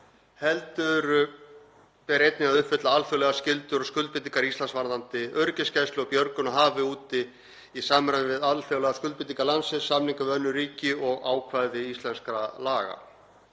heldur ber einnig að uppfylla alþjóðlegar skyldur og skuldbindingar Íslands varðandi öryggisgæslu og björgun á hafi úti í samræmi við alþjóðlegar skuldbindingar landsins, samninga við önnur ríki og ákvæði íslenskra laga.